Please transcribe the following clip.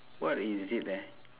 what is it eh